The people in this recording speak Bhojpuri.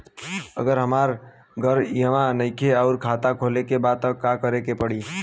अगर हमार घर इहवा नईखे आउर खाता खोले के बा त का करे के पड़ी?